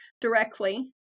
directly